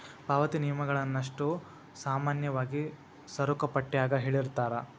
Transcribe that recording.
ಪಾವತಿ ನಿಯಮಗಳನ್ನಷ್ಟೋ ಸಾಮಾನ್ಯವಾಗಿ ಸರಕುಪಟ್ಯಾಗ ಹೇಳಿರ್ತಾರ